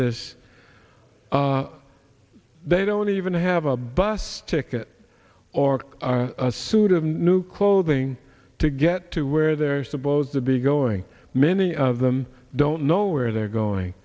this they i don't even have a bus ticket or a suit of new clothing to get to where they're supposed to be going many of them don't know where they're going